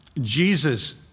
Jesus